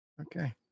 Okay